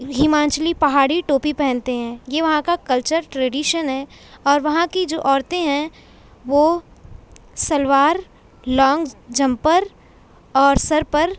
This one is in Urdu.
ہماچلی پہاڑی ٹوپی پہنتے ہیں یہ وہاں کا کلچر ٹریڈیشن ہے اور وہاں کی جو عورتیں ہیں وہ شلوار لانگ جمپر اور سر پر